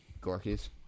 Gorky's